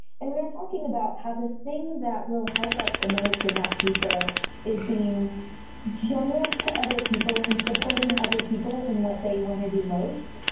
and we were talking about how this thing that will help us the most in that future is being generous to other people and supporting other people in what they want to do most,